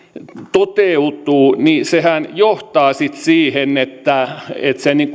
toteutuu niin sehän johtaa sitten siihen että että se